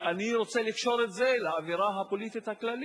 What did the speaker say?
אני רוצה לקשור את זה לאווירה הפוליטית הכללית.